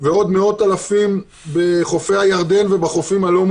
שנוכל להתמודד ולתת מענה לאתגרים האדירים שאנחנו